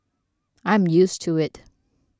I am used to it